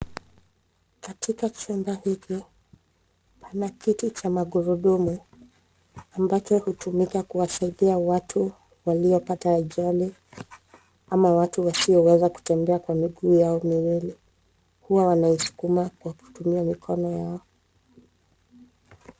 Katika chumba hiki, pana kiti cha magurudumu, ambacho hutumika kuwasaidia watu, waliopata ajali, ama watu wasioweza kutembea kwa miguu yao miwili, huwa wanaisukuma kwa kutumia mikono yao.